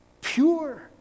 pure